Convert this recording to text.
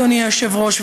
אדוני היושב-ראש,